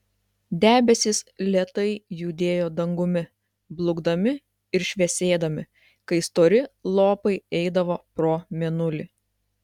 debesys lėtai judėjo dangumi blukdami ir šviesėdami kai stori lopai eidavo pro mėnulį